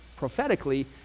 prophetically